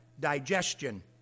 digestion